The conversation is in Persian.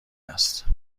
است